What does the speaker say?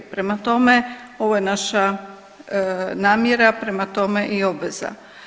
Prema tome, ovo je naša namjera, prema tome i obveza.